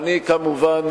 כמובן,